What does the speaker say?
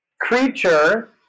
creature